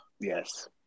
Yes